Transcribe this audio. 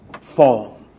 fall